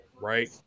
right